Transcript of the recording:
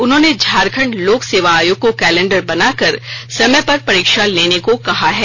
उन्होंने झारखंड लोक सेवा आयोग को कैलेंडर बनाकर समय पर परीक्षा लेने को कहा है